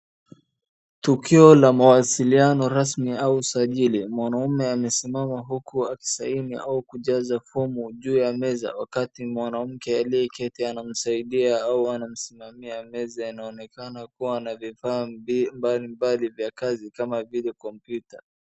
Tukio la mawasiliano ramsi au usajili. Mwanaume amesimama huku akisaini au kujaza fomu juu ya meza wakati mwanamke aliyeketi anamsaidia au anamsimamia. Meza inaonekana na vifaa mbalimbali vya kazi kama vile kompyuta.